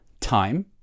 time